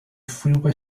freeway